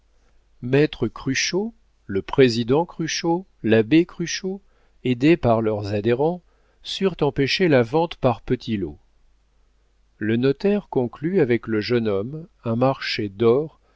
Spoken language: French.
maître cruchot le président cruchot l'abbé cruchot aidés par leurs adhérents surent empêcher la vente par petits lots le notaire conclut avec le jeune homme un marché d'or